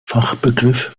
fachbegriff